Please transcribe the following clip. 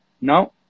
Now